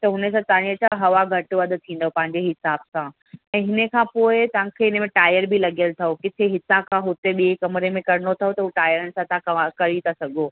त उन सां तव्हांजे छा हवा घटि वधि थींदो तव्हांजे हिसाब सां ऐं हिन खां पोइ तव्हांखे इन में टायर बि लॻियलु अथव किथे हितां खां हुतां ॿिए कमरे में करिणो अथव त उहो टायरनि सां तां तव्हां करे था सघो